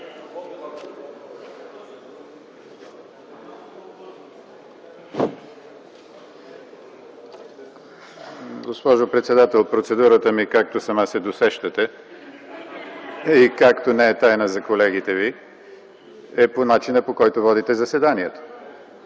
Госпожо председател, процедурата ми, както сама се досещате и както не е тайна за колегите Ви, е по начина, по който водите заседанието.